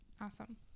Awesome